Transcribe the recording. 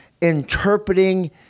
interpreting